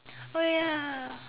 oh ya